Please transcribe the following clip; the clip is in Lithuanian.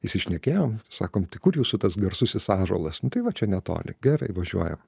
išsišnekėjom sakom tai kur jūsų tas garsusis ąžuolas nu tai va čia netoli gerai važiuojam